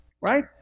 Right